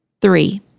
Three